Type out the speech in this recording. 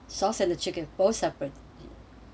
source and the chicken for separate